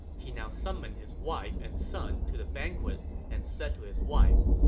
he now summoned his wife and son to the banquet and said to his wife,